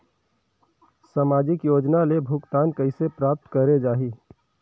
समाजिक योजना ले भुगतान कइसे प्राप्त करे जाहि?